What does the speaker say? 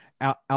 out